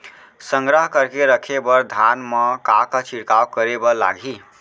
संग्रह करके रखे बर धान मा का का छिड़काव करे बर लागही?